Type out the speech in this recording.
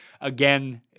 again